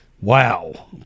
Wow